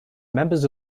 members